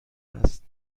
است